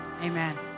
amen